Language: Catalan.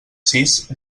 sis